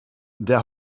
der